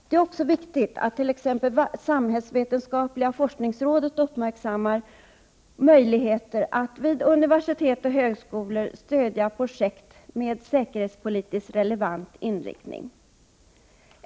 Det är också viktigt att samhällsvetenskapliga forskningsrådet uppmärksammar möjligheter att vid universitet och högskolor stödja projekt med säkerhetspolitiskt relevant inriktning.